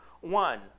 one